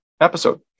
episode